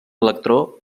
electró